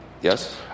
Yes